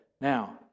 Now